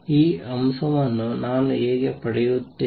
ಈ ಅಂಶವನ್ನು ನಾನು ಹೇಗೆ ಪಡೆಯುತ್ತೇನೆ